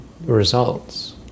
results